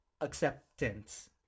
Acceptance